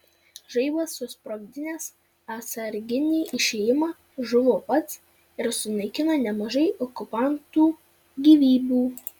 žaibas susprogdinęs atsarginį išėjimą žuvo pats ir sunaikino nemažai okupantų gyvybių